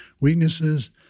weaknesses